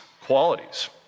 qualities